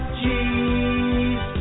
cheese